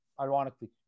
ironically